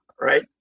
right